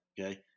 Okay